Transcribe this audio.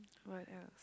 what else